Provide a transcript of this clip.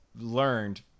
learned